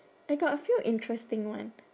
I got a few interesting one